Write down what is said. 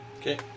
Okay